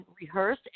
rehearse